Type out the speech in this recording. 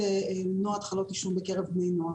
למנוע התחלות עישון בקרב בני נוער.